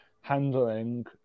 handling